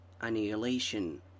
Annihilation